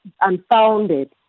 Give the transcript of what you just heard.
unfounded